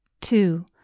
two